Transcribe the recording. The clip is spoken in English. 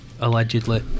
allegedly